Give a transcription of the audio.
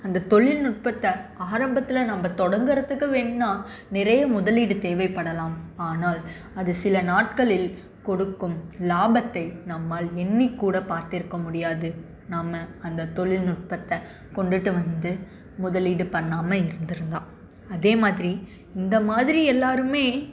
அந்த தொழில்நுட்பத்தை ஆரம்பத்தில் நாம தொடங்கிறதுக்கு வேணும்னா நிறைய முதலீடு தேவைபடலாம் ஆனால் அது சில நாட்களில் கொடுக்கும் லாபத்தை நம்மால் எண்ணிக்கூட பார்த்திருக்க முடியாது நம்ம அந்த தொழில்நுட்பத்தை கொண்டுட்டு வந்து முதலீடு பண்ணாமல் இருந்துருந்தால் அதே மாதிரி இந்த மாதிரி எல்லாரும்